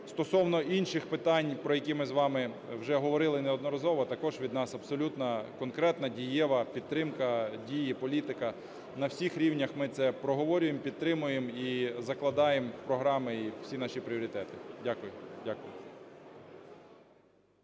Стосовно інших питань, про які ми з вами вже говорили неодноразово, також від нас абсолютно конкретна дієва підтримка дій і політика. На всіх рівнях ми це проговорюємо, підтримуємо і закладаємо в програми і всі наші пріоритети. Дякую.